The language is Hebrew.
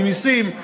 ממיסים.